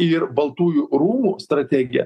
ir baltųjų rūmų strategiją